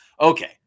okay